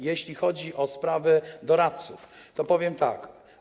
Jeśli chodzi o sprawę doradców, to powiem tak.